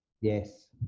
Yes